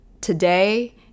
today